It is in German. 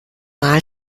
mal